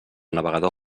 navegador